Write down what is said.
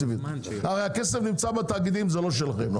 הרי הכסף נמצא בתאגידים, זה לא שלכם.